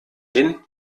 den